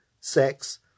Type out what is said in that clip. sex